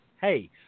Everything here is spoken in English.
hey